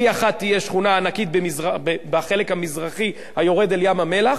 1E תהיה שכונה ענקית בחלק המזרחי היורד אל ים-המלח,